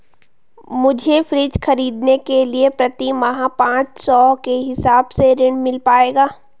मुझे फ्रीज खरीदने के लिए प्रति माह पाँच सौ के हिसाब से ऋण मिल पाएगा?